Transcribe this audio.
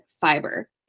fiber